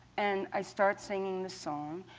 and i start singing the song.